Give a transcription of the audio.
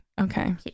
okay